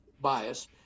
bias